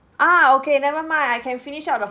ah okay never mind I can finish up the